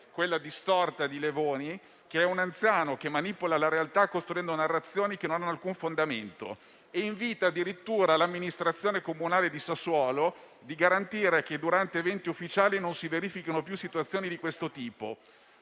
quella di Levoni, un anziano che manipola la realtà costruendo narrazioni che non hanno alcun fondamento; addirittura l'associazione invita l'amministrazione comunale di Sassuolo a garantire che durante eventi ufficiali non si verifichino più situazioni di questo tipo.